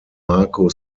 marco